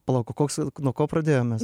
palauk o koks vėl nuo ko pradėjom mes